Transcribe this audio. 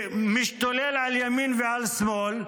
ומשתולל על ימין ועל שמאל,